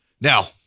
Now